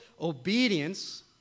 obedience